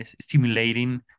stimulating